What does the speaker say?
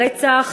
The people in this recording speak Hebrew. רצח